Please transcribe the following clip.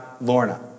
Lorna